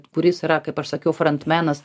kuris yra kaip aš sakiau frontmenas